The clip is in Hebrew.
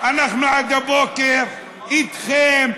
אנחנו עד הבוקר איתכם,